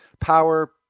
power